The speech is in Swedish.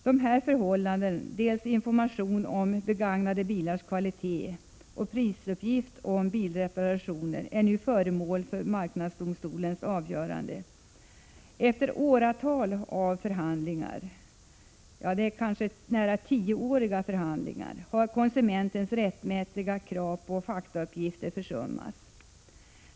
Dessa förhållanden — dels information om begagnade bilars kvalitet, dels prisuppgift för bilreparationer — är nu föremål för marknadsdomstolens avgörande. Under nära tio år av förhandlingar har konsumentens rättmätiga krav på faktauppgifter försummats.